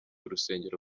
urusengero